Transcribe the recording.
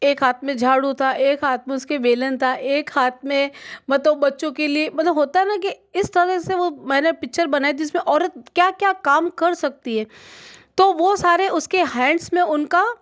एक हाथ में झाड़ू था एक हाथ में उसके बेलन था एक हाथ में में तो बच्चों के लिए मतलब होता हैं न इस तरह से वह मैंने वह पिक्चर बनाई थी जिसमें औरत क्या क्या काम कर सकती हैं तो वह सारे उसके हैंड्स में उनका